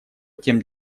тем